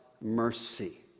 mercy